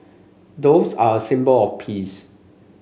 doves are a symbol of peace